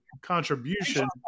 contribution